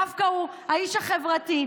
דווקא הוא, האיש החברתי.